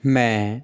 ਮੈਂ